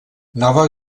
nova